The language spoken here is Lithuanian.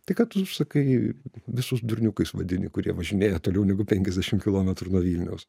tai kad tu sakai visus durniukais vadini kurie važinėja toliau negu penkiasdešimt kilometrų nuo vilniaus